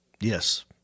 yes